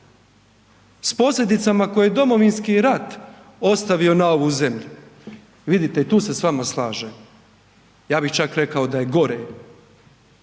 s posljedicama koje je domovinski rat ostavio na ovu zemlju. Vidite i tu se s vama slažem, ja bih čak rekao da je gore,